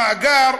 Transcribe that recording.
המאגר,